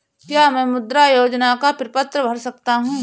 क्या मैं मुद्रा योजना का प्रपत्र भर सकता हूँ?